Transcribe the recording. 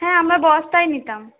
হ্যাঁ আমরা বস্তায় নিতাম